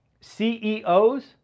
CEOs